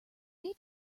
need